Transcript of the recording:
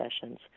sessions